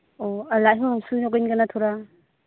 ᱳ ᱟᱨ ᱞᱟᱡ ᱦᱚᱸ ᱦᱟᱹᱥᱩ ᱧᱚᱜᱤᱧ ᱠᱟᱱᱟ ᱛᱷᱚᱲᱟ